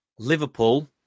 Liverpool